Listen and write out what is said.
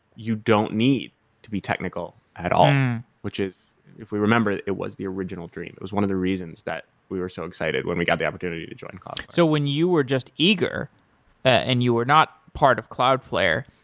you don't need to be technical at all, which is if we remember it it was the original dream. it was one of the reasons that we were so excited when we got the opportunity to join cloudflare. so when you were just eager and you were not part of cloudflare,